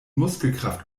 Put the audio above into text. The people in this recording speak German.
muskelkraft